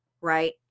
right